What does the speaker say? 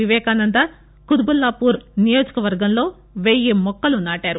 వివేకానంద కుత్బుల్లాపూర్ నియోజకవర్గంలో వెయ్యి మొక్కలు నాటారు